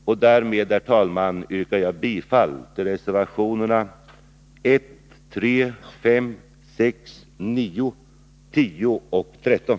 Därmed, herr talman, yrkar jag bifall till reservationerna 1, 3, 5, 6, 9, 10 och 13.